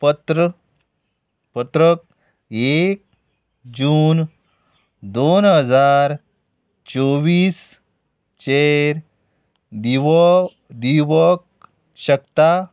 पत्र पत्रक एक जून दोन हजार चोवीस चेर दिव दिवंक शकता